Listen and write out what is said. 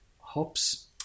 hops